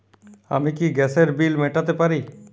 আমি কি গ্যাসের বিল মেটাতে পারি?